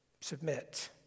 submit